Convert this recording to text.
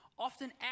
often